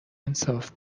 انصاف